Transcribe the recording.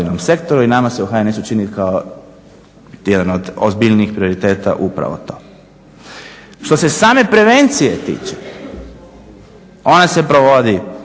i nama se u HNS-u čini kao jedan od ozbiljnijih prioriteta upravo to. Što se same prevencije tiče ona se provodi